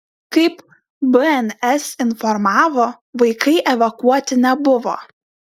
kaip bns informavo vaikai evakuoti nebuvo